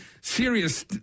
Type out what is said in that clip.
serious